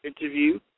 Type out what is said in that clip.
interview